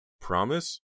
Promise